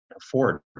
afford